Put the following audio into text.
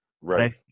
Right